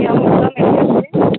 हँ हँ बाजैत छियै